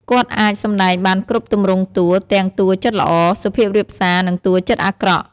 គាត់អាចសម្ដែងបានគ្រប់ទម្រង់តួ ទាំងតួចិត្តល្អ សុភាពរាបសារ និងតួចិត្តអាក្រក់។